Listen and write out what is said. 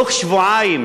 בתוך שבועיים